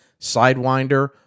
Sidewinder